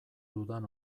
dudan